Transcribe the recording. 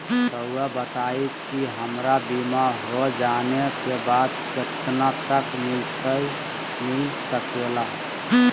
रहुआ बताइए कि हमारा बीमा हो जाने के बाद कितना तक मिलता सके ला?